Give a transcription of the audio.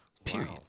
period